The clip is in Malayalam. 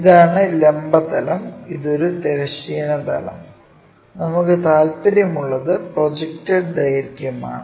ഇതാണ് ലംബ തലം ഇതൊരു തിരശ്ചീന തലം നമുക്ക് താൽപ്പര്യമുള്ളത് പ്രൊജക്റ്റഡ് ദൈർഘ്യമാണ്